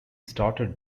started